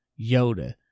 Yoda